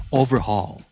overhaul